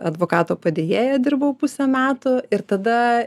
advokato padėjėja dirbau pusę metų ir tada